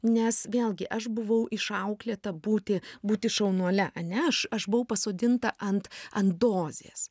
nes vėlgi aš buvau išauklėta būti būti šaunuole ane aš aš buvau pasodinta ant ant dozės